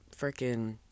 freaking